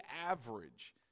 average